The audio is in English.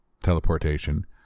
teleportation